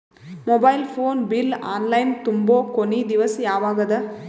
Mobile phone bill online ತುಂಬೊ ಕೊನಿ ದಿವಸ ಯಾವಗದ?